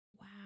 Wow